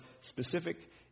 specific